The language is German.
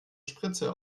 spritze